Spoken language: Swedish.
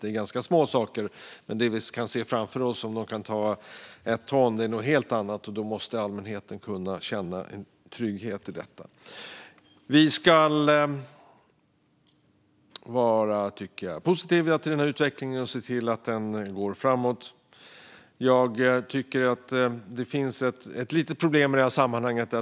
Det är ganska små saker, men det vi kan se framför oss - att de kan ta ett ton - är något helt annat. Där måste allmänheten kunna känna trygghet. Jag tycker att vi ska vara positiva till denna utveckling och se till att den går framåt. Jag menar att det finns ett litet problem i detta sammanhang.